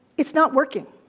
it's not working.